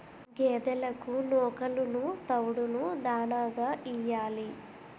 గేదెలకు నూకలును తవుడును దాణాగా యియ్యాలి